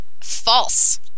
false